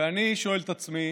ואני שואל את עצמי